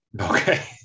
Okay